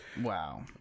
Wow